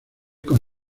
con